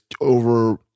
over